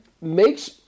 makes